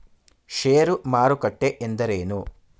ಷೇರು ಮಾರುಕಟ್ಟೆ ಎಂದರೇನು?